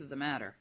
of the matter